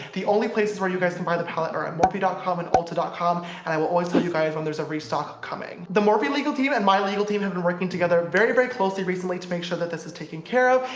the only places where you guys can buy the palette are at morphe dot com and ulta dot com and i will always tell you guys when there's a restock coming. the morphe legal team and my legal team have and been working together very very closely recently to make sure that this is taken care of.